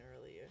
earlier